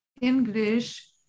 English